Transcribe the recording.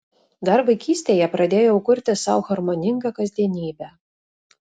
dar vaikystėje pradėjau kurti sau harmoningą kasdienybę